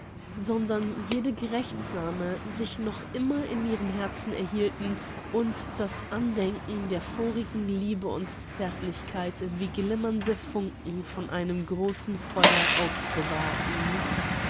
sondern jene gerechtsame sich noch immer in ihren herzen erhielten und das andenken der vorigen liebe und zärtlichkeit wie glimmende funken von einem großen feuer aufbewahrten